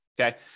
Okay